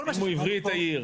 אם הוא הבריא את העיר,